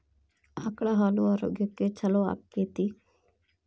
ಆಕಳ ಹಾಲು ಆರೋಗ್ಯಕ್ಕೆ ಛಲೋ ಆಕ್ಕೆತಿ?